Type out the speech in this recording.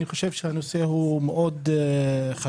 אני חושב שהנושא מאוד חשוב.